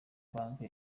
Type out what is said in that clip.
banki